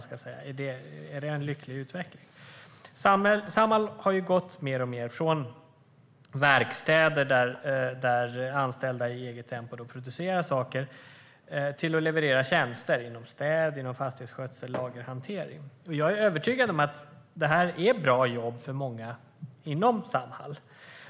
Samhall har gått mer och mer från verkstäder, där anställda i eget tempo producerar saker, till att leverera tjänster inom städbranschen, fastighetsskötsel och lagerhantering. Jag är övertygad om att det här är bra jobb för många inom Samhall.